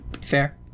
Fair